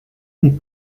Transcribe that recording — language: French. des